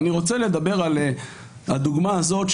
ואני רוצה לדבר על הדוגמה הזאת,